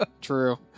true